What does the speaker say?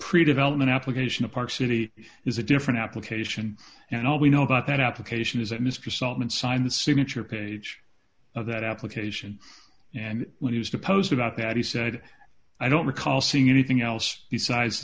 predevelopment application of park city is a different application and all we know about that application is that mr solomon signed the signature page of that application and when he was deposed about that he said i don't recall seeing anything else besides